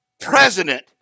president